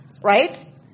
Right